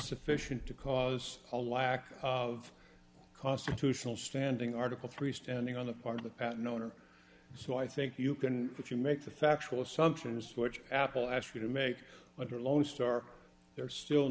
sufficient to cause a lack of constitutional standing article three standing on the part of the patent owner so i think you can if you make the factual assumptions which apple asked you to make under lonestar there is still